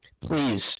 please